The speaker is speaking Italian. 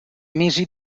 mesi